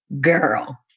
Girl